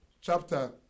chapter